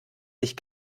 sich